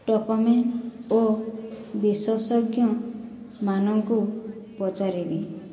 ଟକମେ ଓ ବିଶଷଜ୍ଞମାନ୍ଙ୍କୁ ପଚାରିବି